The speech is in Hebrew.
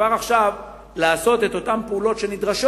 וכבר עכשיו לעשות את אותן פעולות שנדרשות